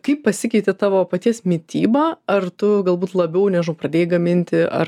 kaip pasikeitė tavo paties mityba ar tu galbūt labiau nežinau pradėjai gaminti ar